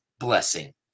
blessing